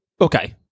Okay